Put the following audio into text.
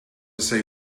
save